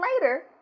later